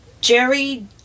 Jerry